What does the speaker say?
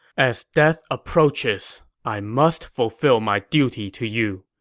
as death approaches, i must fulfill my duty to you.